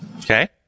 Okay